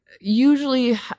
usually